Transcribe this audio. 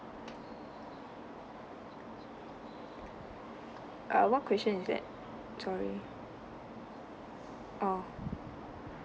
uh what question is that sorry orh